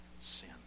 sin